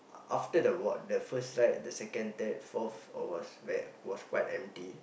after the ward the first right the second third fourth or was was quite empty